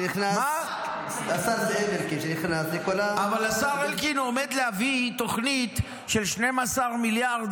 שנכנס לכל --- אבל השר אלקין עומד להביא תוכנית של 12 מיליארד,